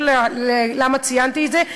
למה ציינתי את זה.